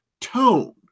tone